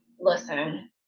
Listen